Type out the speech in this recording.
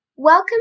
Welcome